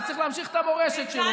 אז צריך להמשיך את המורשת שלו.